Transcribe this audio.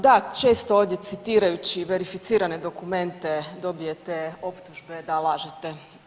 Da, često ovdje citirajući verificirane dokumente dobijete optužbe da lažete.